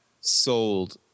sold